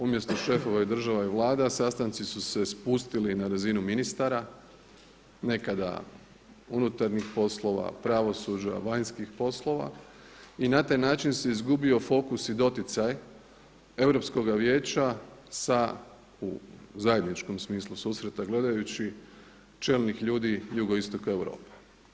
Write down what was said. Umjesto šefova i država i vlada sastanci su se spustili na razinu ministara, nekada unutarnjih poslova, pravosuđa, vanjskih poslova i na taj način se izgubio fokus i doticaj Europskoga vijeća sa zajedničkom smislu susreta gledajući čelnih ljudi Jugoistoka Europe.